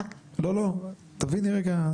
תביני רגע,